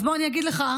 אז בוא אני אגיד לך,